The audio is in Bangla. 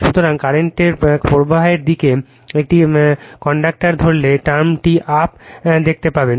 সুতরাং কারেন্টের প্রবাহের দিকে একটি কন্ডাক্টর ধরলে টার্মটি আপ দেখতে পাবেন